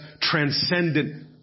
transcendent